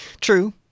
true